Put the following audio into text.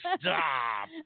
stop